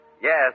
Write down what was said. Yes